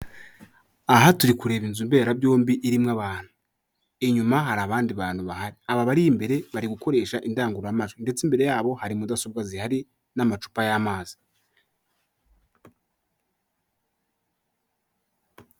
Aha turi kureba inzu mbera byombi irimo abantu, inyuma hari abandi bantu bahari, Aba abari imbere bari gukoresha indangurumajwi ndetse imbere yabo hari mudasobwa zihari n'amacupa y'amazi.